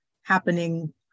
happening